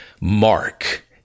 Mark